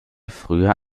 früher